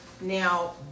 Now